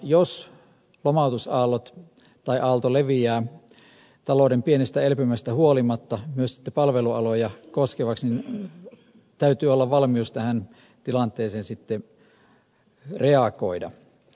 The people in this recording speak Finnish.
jos lomautusaalto leviää talouden pienestä elpymästä huolimatta myös sitten palvelualoja koskevaksi niin täytyy olla valmius tähän tilanteeseen sitten reagoida